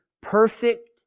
perfect